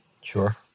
sure